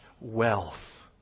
wealth